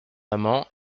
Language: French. amant